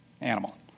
animal